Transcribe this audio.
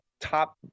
top